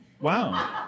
Wow